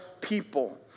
people